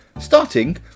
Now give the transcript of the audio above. starting